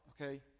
Okay